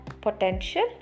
potential